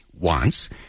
wants